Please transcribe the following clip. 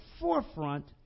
forefront